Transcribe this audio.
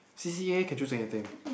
C_C_A can choose anything